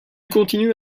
continue